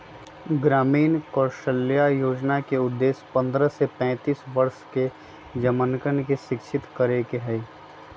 ग्रामीण कौशल्या योजना के उद्देश्य पन्द्रह से पैंतीस वर्ष के जमनकन के शिक्षित करे के हई